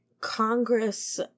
Congress